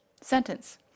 sentence